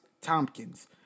Tompkins